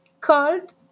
called